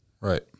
Right